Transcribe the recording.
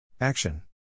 Action